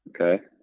Okay